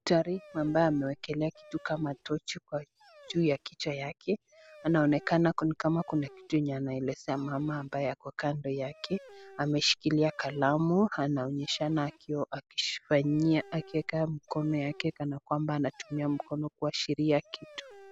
Daktari ambaye amewekelea kitu kama tochi kwa juu ya kichwa yake anaonekana kama anaelezea mama ambaye ako kando yake. Ameshikilia kalamu anaonyeshana akiwa akijifanyia akiweka mkono yake kana kwamba anatumia mkono kuashiria kitu.